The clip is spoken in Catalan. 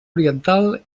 oriental